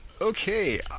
Okay